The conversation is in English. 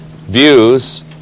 Views